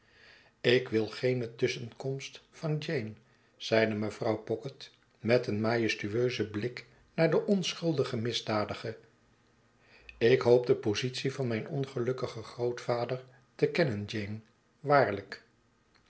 ik wil geene tusschenkomst van jeane zeide mevrouw pocket met een majestueuzen blik naar de onschuldige misdadige ik hoop de positie van mijn ongelukkigen grootvader te kennen jeane waarlijk